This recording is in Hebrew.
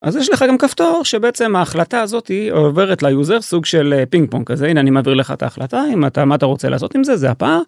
אז יש לך גם כפתור שבעצם ההחלטה הזאתי עוברת ליוזר, סוג של פינג פונג כזה הנה אני מעביר לך את ההחלטה, אם אתה, מה אתה רוצה לעשות עם זה זה הבא.